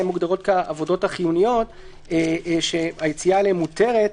הן מוגדרות כעבודה החיוניות שהיציאה אליהן מותרת.